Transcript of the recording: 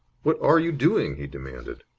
what are you doing? he demanded.